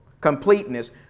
Completeness